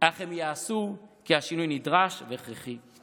אך הם ייעשו, כי השינוי נדרש והכרחי.